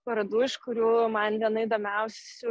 parodų iš kurių man viena įdomiausių